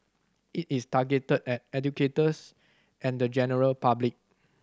it is targeted at educators and the general public